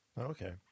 Okay